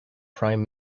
prime